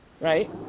Right